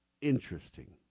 interesting